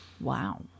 Wow